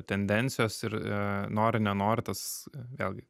tendencijos ir nori nenori tas vėlgi